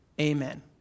amen